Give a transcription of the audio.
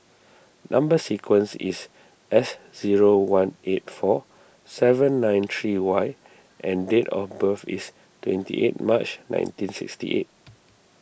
Number Sequence is S zero one eight four seven nine three Y and date of birth is twenty eight March nineteen sixty eight